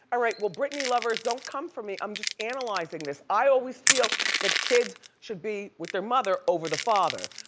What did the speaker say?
alright, well britney lovers don't come for me. i'm just analyzing this. i always feel that kids should be with their mother over the father.